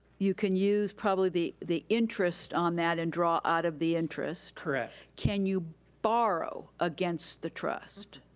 you can use probably the the interest on that and draw out of the interest. correct. can you borrow against the trust?